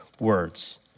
words